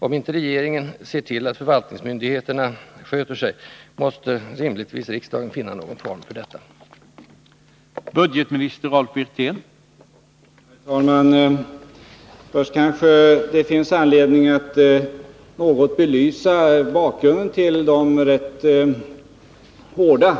Om inte regeringen ser till att förvaltningsmyndigheterna sköter sig, måste rimligtvis riksdagen finna någon form för att göra detta.